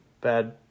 bad